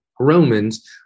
Romans